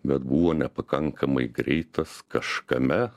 bet buvo nepakankamai greitas kažkame